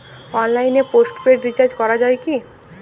অনলাইনে postpaid recharge করা যায় কি?